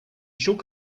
shook